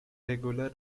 regular